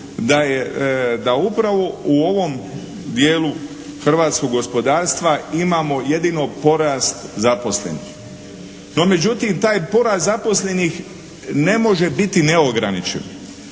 da upravo u ovom dijelu hrvatskog gospodarstva imamo jedino porast zaposlenih. No međutim taj porast zaposlenih ne može biti neograničen.